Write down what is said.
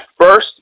first